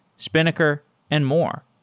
spinnaker and more.